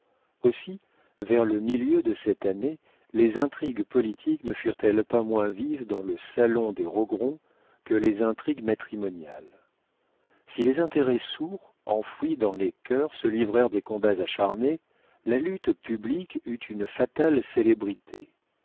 aussi vers le milieu de cette année les intrigues politiques ne furent-elles pas moins vives dans le salon des rogron que les intrigues matrimoniales si les intérêts sourds enfouis dans les cœurs se livrèrent des combats acharnés la lutte publique eut une fatale célébrité